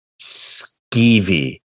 skeevy